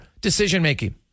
decision-making